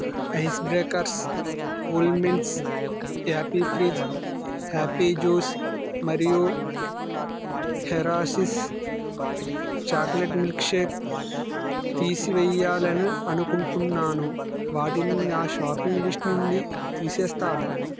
ice breakers cool mints Appy Fizz Appy juice మరియు Hershey's chocolate milk shake తీసివేయాలి అనుకుంటున్నాను వాటిని నా షాపింగ్ లిస్ట్ నుండి తీసేస్తావా